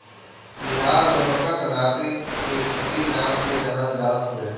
बिहार में मकरसंक्रांति के खिचड़ी नाम से जानल जात हवे